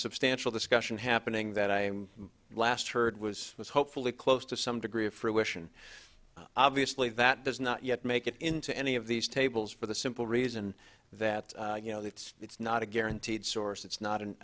substantial discussion happening that i last heard was was hopefully close to some degree of fruition obviously that does not yet make it into any of these tables for the simple reason that you know it's it's not a guaranteed source it's not